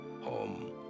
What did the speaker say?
Home